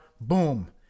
boom